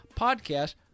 podcast